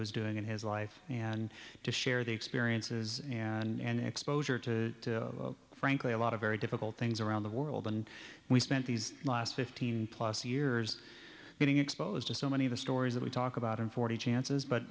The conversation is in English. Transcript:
was doing in his life and to share the experiences and exposure to frankly a lot of very difficult things around the world and we spent these last fifteen plus years getting exposed to so many of the stories that we talk about in forty chances but